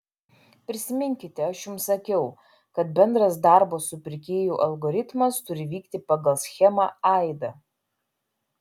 prisiminkite aš jums sakiau kad bendras darbo su pirkėju algoritmas turi vykti pagal schemą aida